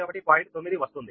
9 వస్తుంది